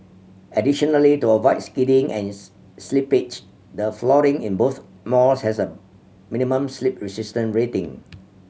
additionally to avoid skidding and slippage the flooring in both malls has a minimum slip resistance rating